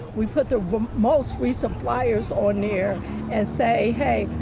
we put the most recent pliers or near and say, hey,